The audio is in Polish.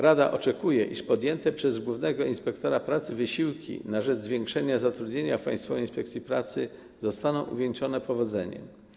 Rada oczekuje, iż podjęte przez głównego inspektora pracy wysiłki na rzecz zwiększenia zatrudnienia w Państwowej Inspekcji Pracy zostaną uwieńczone powodzeniem.